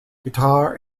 guitar